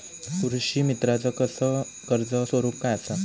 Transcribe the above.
कृषीमित्राच कर्ज स्वरूप काय असा?